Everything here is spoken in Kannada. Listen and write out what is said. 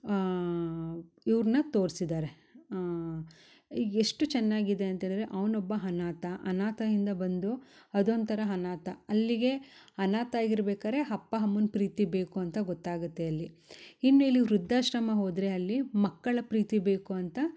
ಇವ್ರ್ನ ತೊರ್ಸಿದ್ದಾರೆ ಈಗ ಎಷ್ಟು ಚೆನ್ನಾಗಿದೆ ಅಂತೇಳಿದರೆ ಅವ್ನೊಬ್ಬ ಅನಾಥ ಅನಾಥಯಿಂದ ಬಂದು ಅದೊಂಥರ ಅನಾಥ ಅಲ್ಲಿಗೆ ಅನಾಥ ಆಗಿರ್ಬೇಕಾರೆ ಅಪ್ಪ ಅಮ್ಮನ ಪ್ರೀತಿ ಬೇಕು ಅಂತ ಗೊತ್ತಾಗತ್ತೆ ಅಲ್ಲಿ ಇನ್ನು ಇಲಿ ವೃದ್ಧಾಶ್ರಮ ಹೋದರೆ ಅಲ್ಲಿ ಮಕ್ಕಳ ಪ್ರೀತಿ ಬೇಕು ಅಂತ